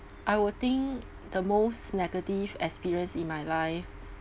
I will think the most negative experience in my life